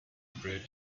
brew